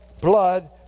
blood